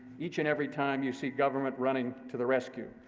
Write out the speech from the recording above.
each and every time you see government running to the rescue.